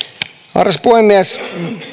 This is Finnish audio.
arvoisa puhemies